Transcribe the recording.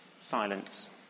Silence